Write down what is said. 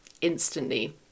instantly